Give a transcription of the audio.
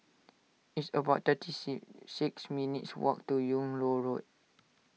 it's about thirty see six minutes' walk to Yung Loh Road